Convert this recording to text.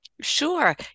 Sure